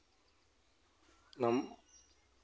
ᱚᱱᱟᱢ